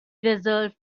desert